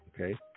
okay